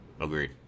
Agreed